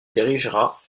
dirigera